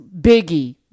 Biggie